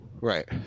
Right